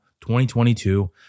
2022